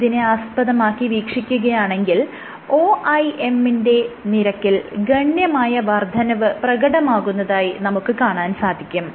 ഇതിനെ ആസ്പദമാക്കി വീക്ഷിക്കുകയാണെങ്കിൽ OIM ന്റെ നിരക്കിൽ ഗണ്യമായ വർദ്ധനവ് പ്രകടമാകുന്നതായി നമുക്ക് കാണാൻ സാധിക്കും